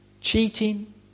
cheating